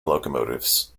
locomotives